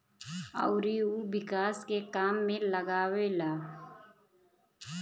अउरी उ विकास के काम में लगावेले